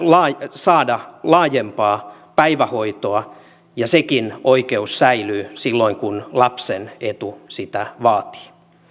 saada laajempaa päivähoitoa ja sekin oikeus säilyy silloin kun lapsen etu sitä vaatii